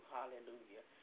Hallelujah